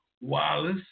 Wallace